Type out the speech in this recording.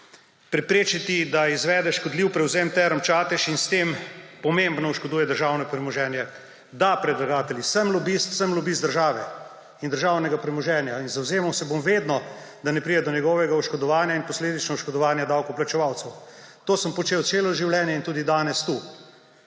preprečiti, da izvede škodljiv prevzem Term Čatež in s tem pomembno oškoduje državno premoženje. Da, predlagatelji, sem lobist, sem lobist države in državnega premoženja. In zavzemal se bom vedno, da ne pride do njegovega oškodovanja in posledično oškodovanja davkoplačevalcev! To sem počel celo življenje in tudi danes tu.